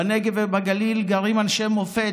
בנגב ובגליל גרים אנשי מופת,